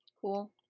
Cool